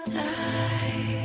die